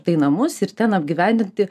tai namus ir ten apgyvendinti